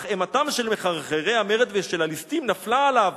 אך אימתם של מחרחרי המרד ושל הליסטים נפלה עליו,